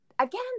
Again